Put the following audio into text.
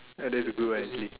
ya that's a good one actually